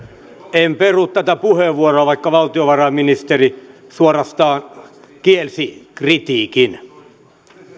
en peru tätä puheenvuoroa vaikka valtiovarainministeri suorastaan kielsi kritiikin